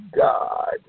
God